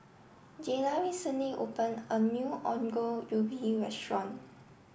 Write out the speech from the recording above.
Jayla recently opened a new Ongol Ubi restaurant